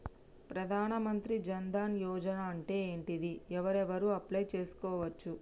ప్రధాన మంత్రి జన్ ధన్ యోజన అంటే ఏంటిది? ఎవరెవరు అప్లయ్ చేస్కోవచ్చు?